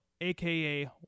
aka